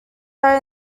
are